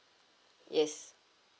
yes